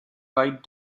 right